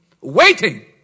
waiting